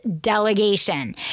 delegation